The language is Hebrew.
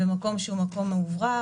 במקום מאוורר.